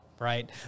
right